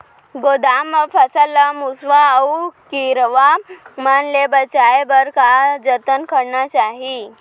गोदाम मा फसल ला मुसवा अऊ कीरवा मन ले बचाये बर का जतन करना चाही?